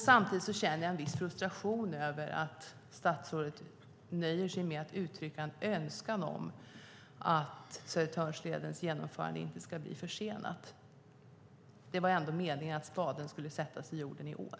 Samtidigt känner jag en viss frustration över att statsrådet nöjer sig med att uttrycka en önskan om att Södertörnsledens genomförande inte ska bli försenat. Meningen var ju att spaden skulle sättas i jorden i år.